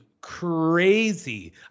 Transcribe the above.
crazy